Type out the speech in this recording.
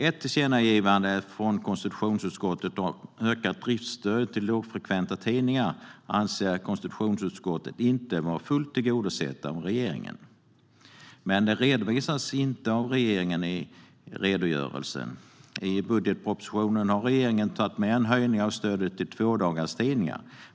Ett tillkännagivande från konstitutionsutskottet om ökat driftsstöd till lågfrekventa dagstidningar anser konstitutionsutskottet inte vara fullt ut tillgodosett av regeringen. Men det redovisas inte av regeringen i redogörelsen. I budgetpropositionen har regeringen tagit med en höjning av stödet till tvådagarstidningar.